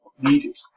needed